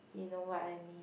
you know what I mean